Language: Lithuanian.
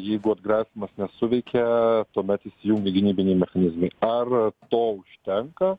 jeigu atgrasymas nesuveikia tuomet įsijungia gynybiniai mechanizmai ar to užtenka